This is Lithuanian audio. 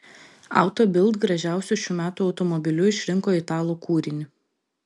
auto bild gražiausiu šių metų automobiliu išrinko italų kūrinį